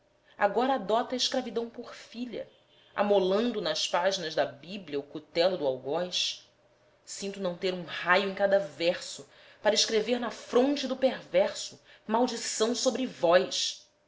adota a escravidão por filha amolando nas páginas da bíblia o cutelo do algoz sinto não ter um raio em cada verso para escrever na fronte do perverso maldição sobre vós